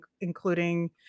including